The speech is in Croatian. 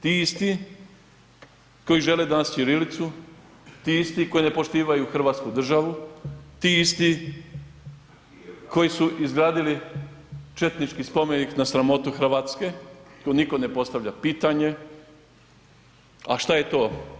Ti isti koji žele danas ćirilicu, ti isti koji ne poštivaju hrvatsku državu, ti isti koji su izgradili četnički spomenik na sramotu RH, tu niko ne postavlja pitanje, a šta je to?